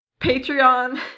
Patreon